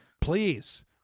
Please